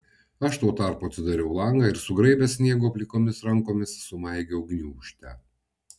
aš tuo tarpu atsidariau langą ir sugraibęs sniego plikomis rankomis sumaigiau gniūžtę